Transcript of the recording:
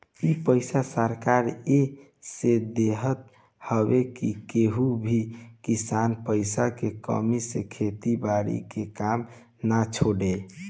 इ पईसा सरकार एह से देत हवे की केहू भी किसान पईसा के कमी से खेती बारी के काम ना छोड़े